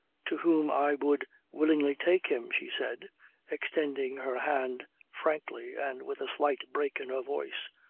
to whom i would willingly take him, she said extending her hand frankly and with a slight break in her voice,